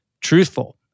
truthful